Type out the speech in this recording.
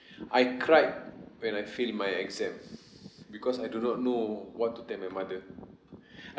I cried when I fail my exam because I do not know what to tell my mother